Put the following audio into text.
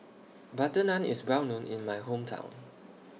Butter Naan IS Well known in My Hometown